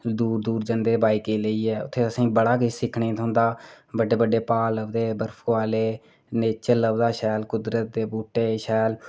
दूर दूर जंदे अस बाईक गी लेइयै उत्थें असें गी बड़ा किश सिक्खने गी थ्होंदा बड्डे बड्डे प्हाड़ बरफू आह्ले नेचर लभदा शैल कुदरत दे बूह्टे शैल